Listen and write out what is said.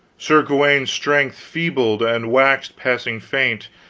sir gawaine's strength feebled and waxed passing faint,